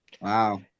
Wow